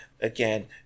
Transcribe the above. again